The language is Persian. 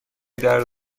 درد